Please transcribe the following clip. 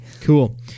Cool